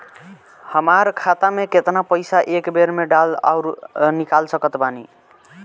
हमार खाता मे केतना पईसा एक बेर मे डाल आऊर निकाल सकत बानी?